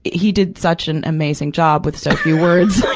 he did such an amazing job with so few words,